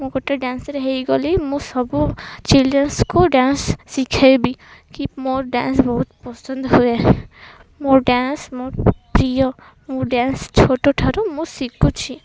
ମୁଁ ଗୋଟେ ଡ଼୍ୟାନ୍ସର୍ ହୋଇଗଲେ ମୁଁ ସବୁ ଚିଲ୍ଡ୍ରେନ୍ସକୁ ଡ଼୍ୟାନ୍ସ ଶିଖେଇବି କି ମୋର ଡ଼୍ୟାନ୍ସ ବହୁତ ପସନ୍ଦ ହୁଏ ମୋ ଡ଼୍ୟାନ୍ସ ମୋର ପ୍ରିୟ ମୁଁ ଡ଼୍ୟାନ୍ସ ଛୋଟଠାରୁ ମୁଁ ଶିଖୁଛି